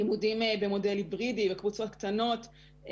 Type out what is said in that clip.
לימודים במודל היברידי לקבוצות קטנות,